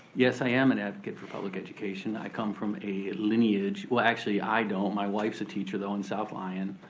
yes i am an advocate for public education. i come from a lineage, well actually i don't, my wife's a teacher though, in south lyon.